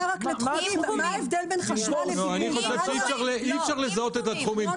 אי אפשר לזהות את התחומים.